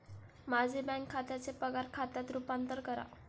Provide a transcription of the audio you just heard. माझे बँक खात्याचे पगार खात्यात रूपांतर करा